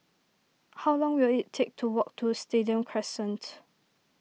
how long will it take to walk to Stadium Crescent